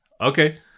Okay